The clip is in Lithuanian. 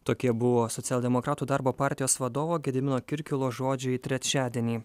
tokie buvo socialdemokratų darbo partijos vadovo gedimino kirkilo žodžiai trečiadienį